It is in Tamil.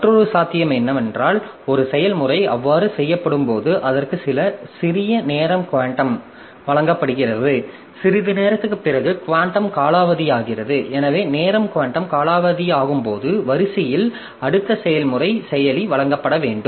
மற்றொரு சாத்தியம் என்னவென்றால் ஒரு செயல்முறை அவ்வாறு செயல்படும்போது அதற்கு சில சிறிய நேர குவாண்டம் வழங்கப்படுகிறது சிறிது நேரத்திற்குப் பிறகு குவாண்டம் காலாவதியாகிறது எனவே நேரம் குவாண்டம் காலாவதியாகும்போது வரிசையில் அடுத்த செயல்முறைக்கு செயலி வழங்கப்பட வேண்டும்